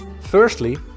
Firstly